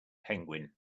penguin